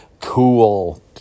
cool